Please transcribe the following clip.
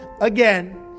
again